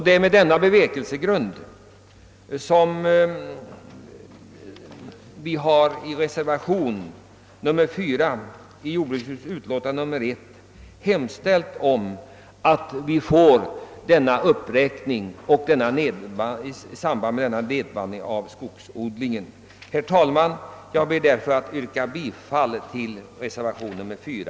Det är med denna bevekelsegrund som vi 1 reservationen 4 vid jordbruksutskottets utlåtande nr 1 hemställt om en uppräkning av anslaget till skogsbilvägarna och en motsvarande nedbantning av anslaget till skogsodling. Herr talman! Jag ber att få yrka bifall till reservationen 4.